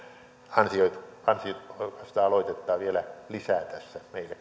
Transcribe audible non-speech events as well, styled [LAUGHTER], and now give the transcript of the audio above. ansiokasta ansiokasta aloitettaan vielä lisää tässä meille [UNINTELLIGIBLE]